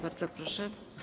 Bardzo proszę.